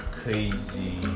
crazy